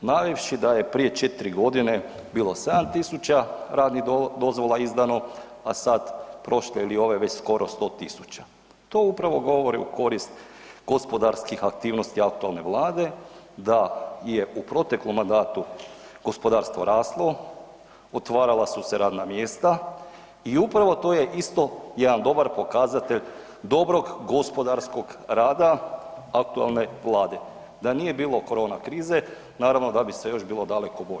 navevši da je prije četiri godine bilo 7.000 radnih dozvola izdano, a sad prošle ili ove već skoro 100.000, to upravo govori u korist gospodarskih aktivnosti aktualne Vlade da je u proteklom mandatu gospodarstvo raslo, otvarala su se radna mjesta i upravo to je isto jedan dobar pokazatelj dobrog gospodarskog rada aktualne Vlade, da nije bilo korona krize, naravno da bi sve još bilo daleko bolje.